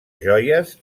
joies